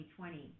2020